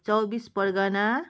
Chaubis Pargana